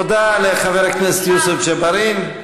תודה לחבר הכנסת יוסף ג'בארין.